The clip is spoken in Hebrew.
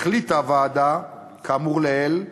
החליטה הוועדה, כאמור לעיל,